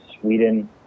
Sweden